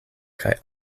kaj